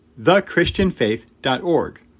thechristianfaith.org